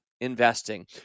investing